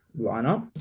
lineup